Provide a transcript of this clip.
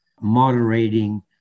moderating